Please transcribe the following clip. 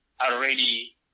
already